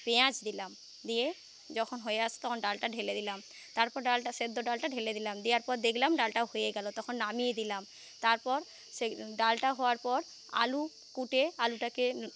পেঁয়াজ দিলাম দিয়ে যখন হয়ে আসছে তখন ডালটা ঢেলে দিলাম তারপর ডালটা সেদ্ধ ডালটা ঢেলে দিলাম দেওয়ার পর দেখলাম ডালটা হয়ে গেলো তখন নামিয়ে দিলাম তারপর সেই ডালটা হওয়ার পর আলু কুটে আলুটাকে